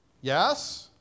Yes